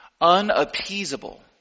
unappeasable